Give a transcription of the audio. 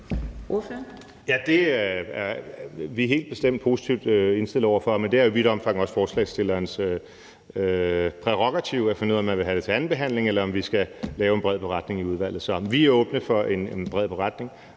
er vi helt bestemt positivt indstillet over for, men det er i vidt omfang også forslagsstillerens prærogativ at finde ud af, om man vil have det til andenbehandling, eller om vi skal lave en bred beretning i udvalget. Vi er åbne for en bred beretning,